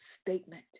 statement